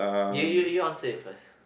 you you you want to say it first